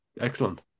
excellent